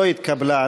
לא התקבלה.